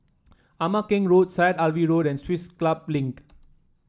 Ama Keng Road Syed Alwi Road and Swiss Club Link